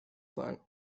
plant